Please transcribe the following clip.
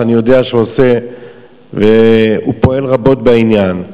שאני יודע שפועל רבות בעניין,